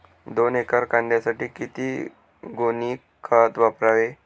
दोन एकर कांद्यासाठी किती गोणी खत वापरावे?